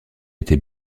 été